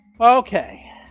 Okay